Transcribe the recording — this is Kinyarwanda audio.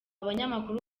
banyamakuru